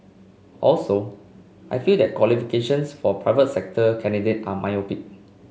also I feel that the qualifications for a private sector candidate are myopic